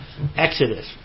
Exodus